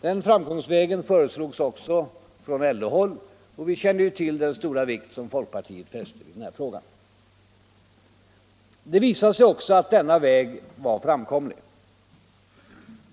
Denna framkomstväg föreslogs också från LO-håll. Vi känner ju till den stora vikt som folkpartiet fäst vid denna fråga. Det visade sig också att denna väg var framkomlig.